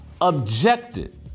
objected